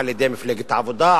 על-ידי מפלגת העבודה,